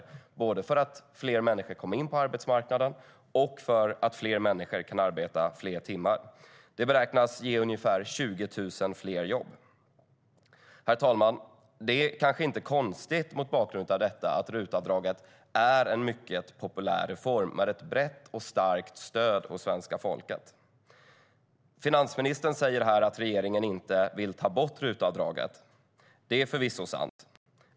Det beror på att fler människor kommer in på arbetsmarknaden och att fler människor kan arbeta fler timmar. Det beräknas ge ungefär 20 000 fler jobb. Herr talman! Det är mot bakgrund av detta kanske inte konstigt att RUT-avdraget är en mycket populär reform med ett brett och starkt stöd hos svenska folket. Finansministern säger att regeringen inte vill ta bort RUT-avdraget. Det är förvisso sant.